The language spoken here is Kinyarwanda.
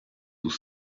cumi